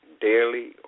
daily